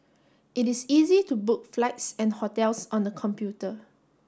it is easy to book flights and hotels on the computer